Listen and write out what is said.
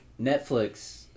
Netflix